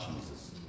Jesus